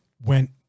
went